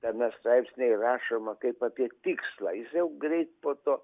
tame straipsnyje rašoma kaip apie tikslą jau greit po to